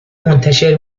منتشر